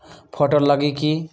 Photo लगी कि?